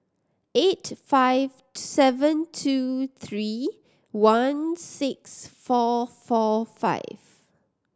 eight five seven two three one six four four five